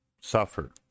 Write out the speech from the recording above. suffer